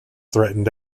threatened